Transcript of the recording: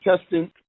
testing